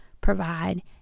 provide